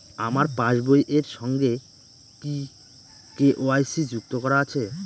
আমার পাসবই এর সঙ্গে কি কে.ওয়াই.সি যুক্ত করা আছে?